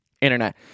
internet